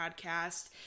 podcast